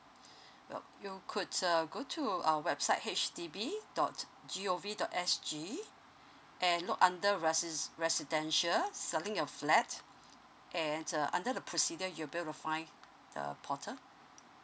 well you could uh go to our website H D B dot g o v dot s g and look under resi~ residential selling a flat and uh under the procedure you'll be able to find the portal